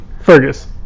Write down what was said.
Fergus